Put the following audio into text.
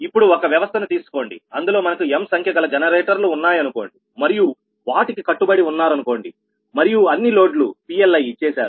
ఇప్పుడు ఒక వ్యవస్థను తీసుకోండి అందులో మనకు m సంఖ్య గల జనరేటర్లు ఉన్నాయనుకోండి మరియు వాటికి కట్టుబడి ఉన్నారు అనుకోండి మరియు అన్ని లోడ్లు PLi ఇచ్చేశారు